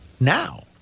now